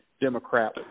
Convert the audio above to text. Democrat